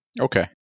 Okay